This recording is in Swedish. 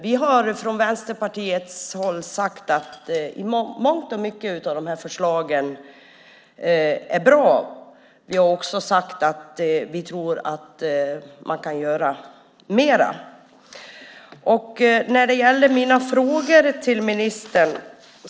Vi har från Vänsterpartiet sagt att mångt och mycket i förslagen är bra. Vi har också sagt att vi tror att man kan göra mer. Jag hade några frågor till ministern.